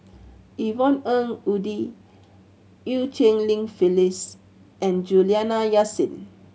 Yvonne Ng Uhde Eu Cheng Li Phyllis and Juliana Yasin